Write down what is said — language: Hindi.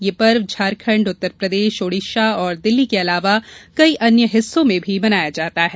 यह पर्व झारखंड उत्तरप्रदेश ओडिसा और दिल्ली के अलावा कई अन्य हिस्सों में भी मनाया जाता है